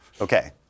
Okay